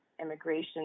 immigration